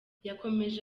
yakomeje